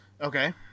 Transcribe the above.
Okay